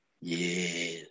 Yes